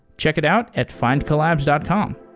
check it out at findcollabs dot com.